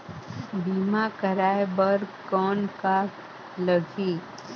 बीमा कराय बर कौन का लगही?